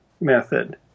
method